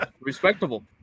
Respectable